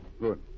Good